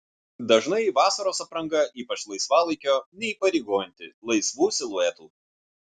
dažnai vasaros apranga ypač laisvalaikio neįpareigojanti laisvų siluetų